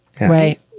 Right